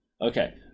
Okay